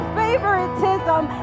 favoritism